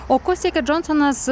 o ko siekia džonsonas